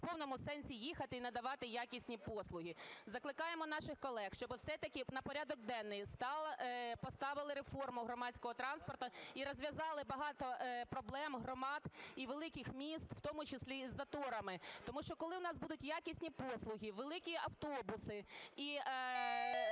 в повному сенсі їхати і надавати якісні послуги. Закликаємо наших колег, щоб все-таки на порядок денний поставили реформу громадського транспорту і розв'язали багато проблем громад і великих міст, в тому числі із заторами. Тому що, коли у нас будуть якісні послуги, великі автобуси і